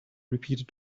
repeated